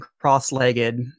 cross-legged